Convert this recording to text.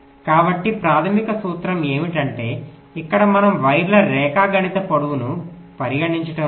కాబట్టి ప్రాథమిక సూత్రం ఏమిటంటే ఇక్కడ మనం వైర్ల రేఖాగణిత పొడవును పరిగణించటం లేదు